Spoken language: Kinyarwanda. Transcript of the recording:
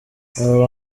aba